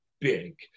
big